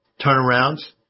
turnarounds